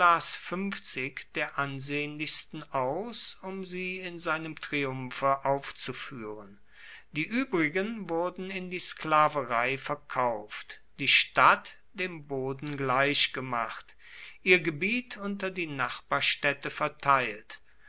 der ansehnlichsten aus um sie in seinem triumphe aufzuführen die übrigen wurden in die sklaverei verkauft die stadt dem boden gleichgemacht ihr gebiet unter die nachbarstädte verteilt